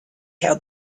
held